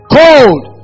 cold